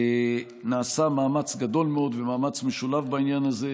נעשה מאמץ גדול מאוד ומאמץ משולב בעניין הזה,